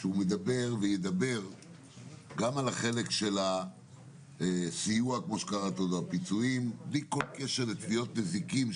הוא ידבר גם על החלק של הסיוע ללא כל קשר לתביעות נזיקין,